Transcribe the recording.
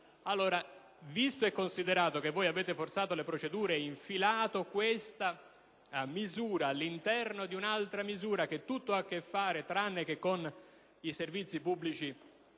Allora, visto e considerato che avete forzato le procedure ed infilato questa misura all'interno di un'altra che tutto ha a che fare tranne che con i servizi pubblici